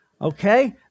okay